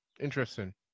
Interesting